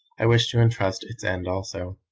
i wish to entrust its end also.